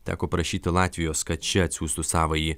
teko prašyti latvijos kad ši atsiųstų savąjį